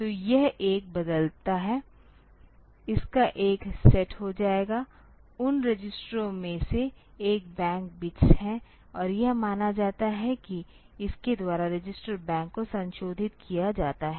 तो यह एक बदलता है इसका एक सेट हो जाएगा उन रजिस्टरों में से एक बैंक बिट्स है और यह माना जाता है कि इसके द्वारा रजिस्टर बैंक को संशोधित किया जाता है